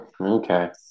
Okay